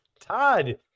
Todd